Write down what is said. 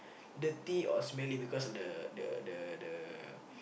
dirty or smelly because of the the the the